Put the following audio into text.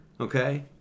Okay